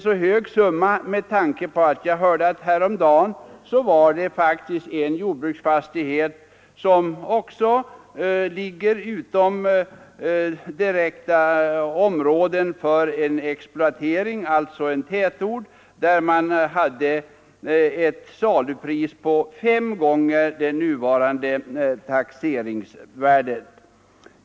För en jordbruksfastighet som inte direkt ligger inom ett område för exploatering, alltså en tätort, vill man ha ett salupris på fem gånger det nuvarande taxeringsvärdet.